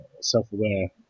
self-aware